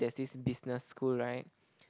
there's this business school right